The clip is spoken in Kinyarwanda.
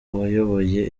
wayoboye